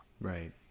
Right